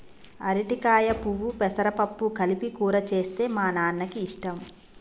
అరటికాయ పువ్వు పెసరపప్పు కలిపి కూర చేస్తే మా నాన్నకి ఇష్టం